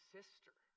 sister